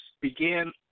began